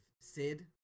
Sid